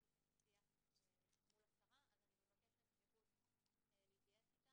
שזה שיח מול השרה אז אני מבקשת שהות להתייעץ אתה